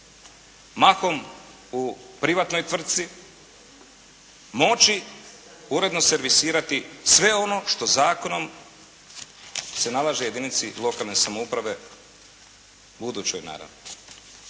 mahom u privatnoj tvrtci moći uredno servisirati sve ono što zakonom se nalaže jedinici lokalne samouprave, budućoj naravno.